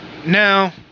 now